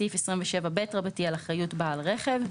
סעיף 27ב רבתי נוגע לאחריות בעל רכב,